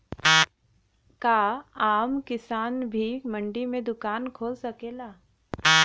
का आम किसान भी मंडी में दुकान खोल सकेला?